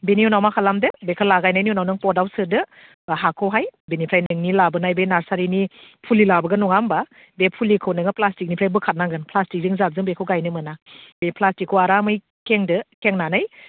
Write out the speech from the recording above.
बेनि उनाव मा खालामदो बेखो लागायनायनि उनाव नों पटआव सोदो एबा हाखौहाय बेनिफ्राय नोंनि लाबोनाय बे नार्सारिनि फुलि लाबोगोन नङा होनबा बे फुलिखौ नों प्लास्टिकनिफ्राय बोखारनांगोन प्लास्टिकजों जाबजों बेखौ गायनो मोना बे प्लास्टिकखौ आरामै खेंदो खेंनानै